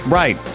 right